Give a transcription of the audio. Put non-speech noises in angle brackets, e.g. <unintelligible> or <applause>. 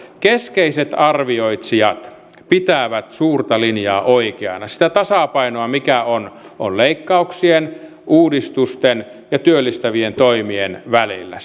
keskeiset arvioitsijat pitävät suurta linjaa oikeana sitä tasapainoa mikä on on leikkauksien uudistusten ja työllistävien toimien välillä <unintelligible>